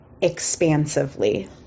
expansively